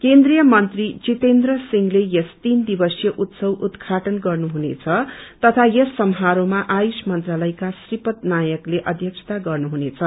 क्रेन्भिंत्री जितेन्द्र सिंले यस तीन दिवसीय उत्सवको उद्याटन गर्नुहुनेछ तथा यस समारोहमा आयूष मंत्रालयका श्रीपद नायकले अध्यक्षता गर्नुहुनेछ